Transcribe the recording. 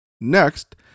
Next